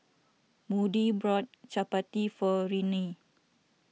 Moody brought Chappati for Renea